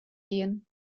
gehen